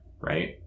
Right